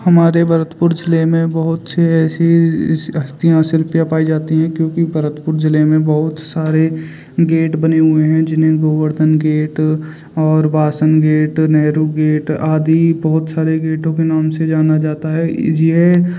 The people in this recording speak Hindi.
हमारे बहरतपुर ज़िले में बहुत से ऐसी हस्तियाँ शिल्पियाँ पाई जाती हैं क्योंकि भरतपुर ज़िले में बहुत सारे गेट बने हुए हैं जिनमें गोवर्धन गेट और वासन गेट नेहरू गेट आदि बहुत सारे गेटों के नाम से जाना जाता है इ जी यह